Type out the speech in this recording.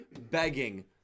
begging